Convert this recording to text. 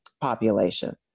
population